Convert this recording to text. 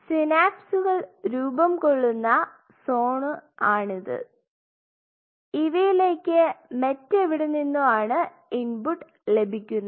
സിനാപ്സുകൾ രൂപം കൊള്ളുന്ന സോൺ ആണിത് ഇവയിലേക്ക് മറ്റെവിടെ നിന്നോ ആണ് ഇൻപുട്ട് ലഭിക്കുന്നത്